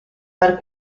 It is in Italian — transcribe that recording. per